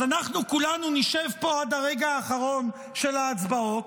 אז אנחנו כולנו נשב פה עד הרגע האחרון של ההצבעות,